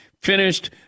finished